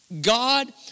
God